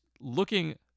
looking